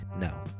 No